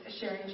sharing